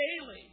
daily